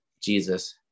Jesus